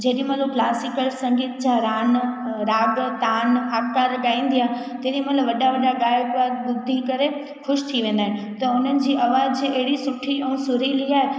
जेॾीमहिल हो क्लासिकल संगीत जा रान राग तान आकार गाईंदी आहे तेॾीमहिल वॾा वॾा गाइक वाइक ॿुधी करे ख़ुशि थी वेंदा आहिनि त उन्हनि जी आवाज़ अहिड़ी सुठी ऐं सुरीली आहे